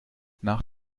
nach